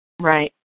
Right